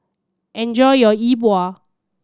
enjoy your Yi Bua